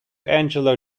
angelo